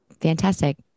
fantastic